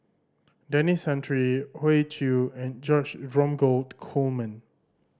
Denis Santry Hoey Choo and George Dromgold Coleman